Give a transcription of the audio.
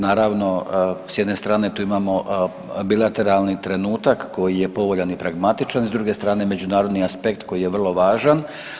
Naravno s jedne strane tu imamo bilateralni trenutak koji je povoljan i pragmatičan i s druge strane međunarodni aspekt koji je vrlo važan.